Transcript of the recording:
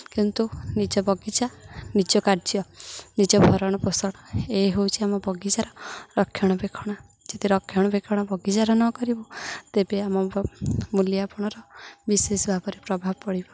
କିନ୍ତୁ ନିଜ ବଗିଚା ନିଜ କାର୍ଯ୍ୟ ନିଜ ଭରଣପୋଷଣ ଏ ହଉଚି ଆମ ବଗିଚାର ରକ୍ଷଣାବେକ୍ଷଣ ଯଦି ରକ୍ଷଣାବେକ୍ଷଣ ବଗିଚାର ନ କରିବୁ ତେବେ ଆମ ମୁଲିଆପଣର ବିଶେଷ ଭାବରେ ପ୍ରଭାବ ପଡ଼ିବ